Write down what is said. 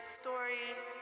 stories